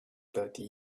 thirty